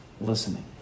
listening